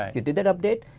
you did that update,